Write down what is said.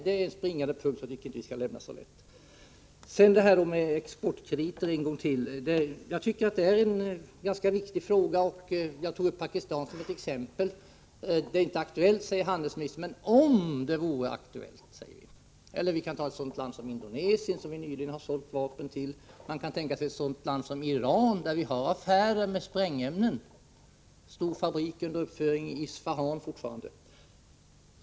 Det är den springande punkten, som jag tycker att vi inte skall lämna så lätt. Sedan vill jag ta upp frågan om exportkrediter en gång till. Det är en ganska viktig fråga. Jag tog Pakistan som ett exempel. Det är inte aktuellt, säger utrikeshandelsministern. Men vad skulle ske om det vore aktuellt? Eller låt mig ta Indonesien, som vi nyligen har sålt vapen till. Man kan tänka sig ett sådant land som Iran, med vilket vi gör affärer med sprängämnen. Fortfarande är en stor fabrik under uppförande i Isfahan.